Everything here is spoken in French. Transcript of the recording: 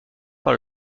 par